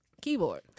Keyboard